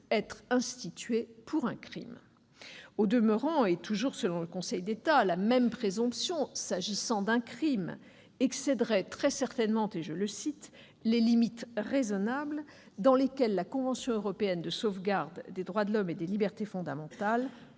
être instituée pour un crime. Au demeurant, toujours selon le Conseil d'État, la même présomption, s'agissant d'un crime, excéderait très certainement « les limites raisonnables » dans lesquelles la convention de sauvegarde des droits de l'homme et des libertés fondamentales